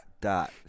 dot